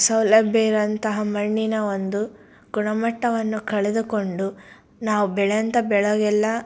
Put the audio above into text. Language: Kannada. ಸೌಲಭ್ಯ ಇರೋಂತಹ ಮಣ್ಣಿನ ಒಂದು ಗುಣಮಟ್ಟವನ್ನು ಕಳೆದುಕೊಂಡು ನಾವು ಬೆಳೆದಂಥ ಬೆಳೆಗೆಲ್ಲ